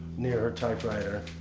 near her typewriter.